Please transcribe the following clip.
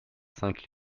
cinq